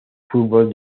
fútbol